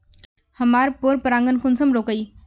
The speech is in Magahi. हमार पोरपरागण कुंसम रोकीई?